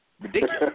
ridiculous